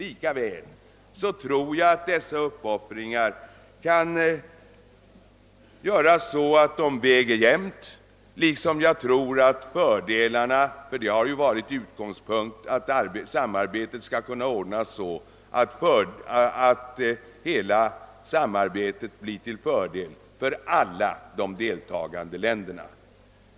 Jag tror dock att vi kan åstadkomma en jämn fördelning av dessa uppoffringar liksom också av fördelarna — utgångspunkten har ju varit att samarbetet skall kunna ordnas så att det blir till fördel för alla de deltagande länderna.